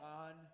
on